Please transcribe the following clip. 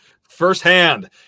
firsthand